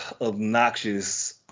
obnoxious